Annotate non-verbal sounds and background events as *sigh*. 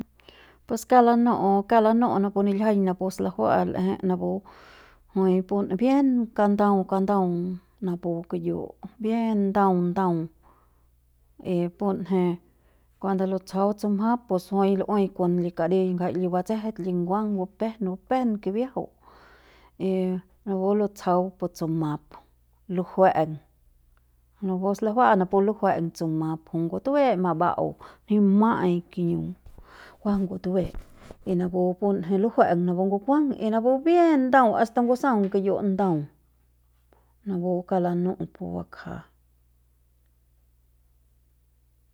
Pus kauk lanu'u kauk lanu'u napu niljiaiñ napu slajua'a l'eje napu jui bien kandau kandau napu kiyu bien ndau ndau y punje cuando lutsjau tsumap pus jui kon li kadi ngjai li batsje li nguang bupjen bupjen kibiajau y rapu lutsjau pu tsumap lujue'eng napu slajua'a napu lujue'eng tsumap jui ngutue mamba'au nji ma'ai kiñu kua ngutue *noise* y napu punje lujue'eng napu ngukuang y napu bien ndau hasta ngusaung kiyu ndau napu kauk lanu'u pu bakja.